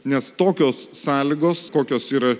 nes tokios sąlygos kokios yra